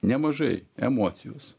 nemažai emocijos